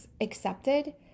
accepted